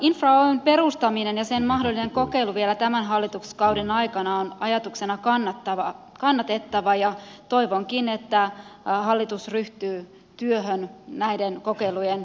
infra oyn perustaminen ja sen mahdollinen kokeilu vielä tämän hallituskauden aikana on ajatuksena kannatettava ja toivonkin että hallitus ryhtyy työhön näiden kokeilujen aikaansaamiseksi